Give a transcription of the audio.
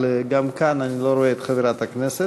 אבל כאן אני לא רואה את חברת הכנסת.